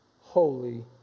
holy